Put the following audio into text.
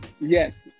Yes